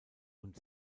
und